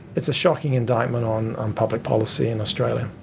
it's a shocking indictment on um public policy in australia.